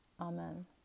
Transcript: Amen